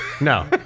no